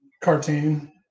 Cartoon